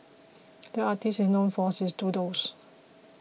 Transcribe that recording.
the artist is known for his doodles